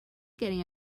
getting